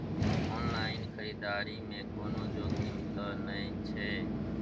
Online खरीददारी में कोनो जोखिम त नय छै?